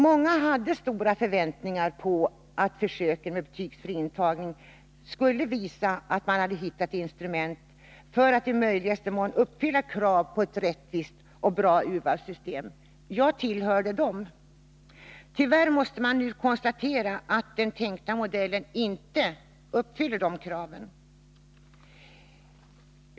Många hade stora förväntningar om att försöken med en betygsfri intagning skulle visa att man hittat ett instrument som i möjligaste mån uppfyllde kraven på ett rättvist och bra urvalssystem. Jag tillhörde dem. Tyvärr måste man konstatera att den tänkta modellen inte uppfyller dessa krav.